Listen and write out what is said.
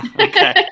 Okay